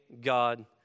God